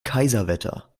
kaiserwetter